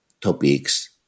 topics